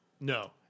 No